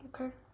Okay